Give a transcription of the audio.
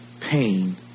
pain